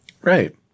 Right